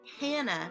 Hannah